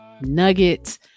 nuggets